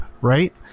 right